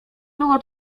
było